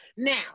Now